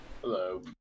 Hello